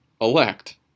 elect